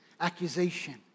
accusation